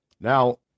Now